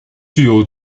具有